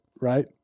right